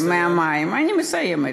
אני מסיימת.